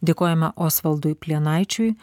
dėkojame osvaldui plienaičiui